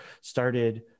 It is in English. started